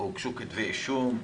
הוגשו כתבי אישום?